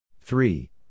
Three